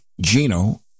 Gino